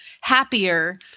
happier